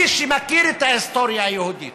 מי שמכיר את ההיסטוריה היהודית